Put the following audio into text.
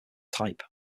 type